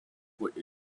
output